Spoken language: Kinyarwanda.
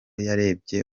yarebye